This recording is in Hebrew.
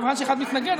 מכיוון שאחד מהם מתנגד,